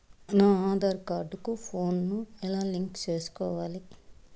నా ఆధార్ కార్డు కు ఫోను ను ఎలా లింకు సేసుకోవాలి?